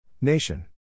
Nation